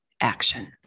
action